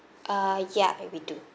uh ya that we do